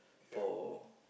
for